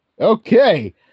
Okay